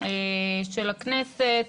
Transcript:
של הכנסת